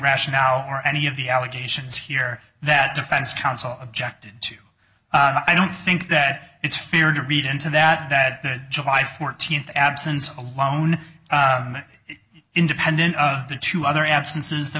rationale or any of the allegations here that defense counsel objected to and i don't think that it's fair to read into that that the july fourteenth absence alone independent of the two other absences the